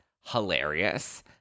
hilarious